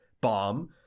bomb